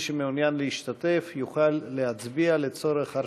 מי שמעוניין להשתתף יכול להצביע לצורך הרשמה.